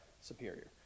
superior